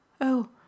Oh